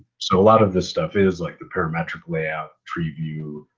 so a lot of this stuff is, like the parametric layout, tree view,